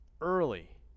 early